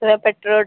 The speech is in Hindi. थोड़ा पेट्रोल